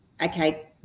okay